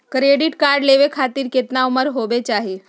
Credit card लेवे खातीर कतना उम्र होवे चाही?